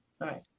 right